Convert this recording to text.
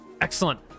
excellent